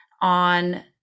on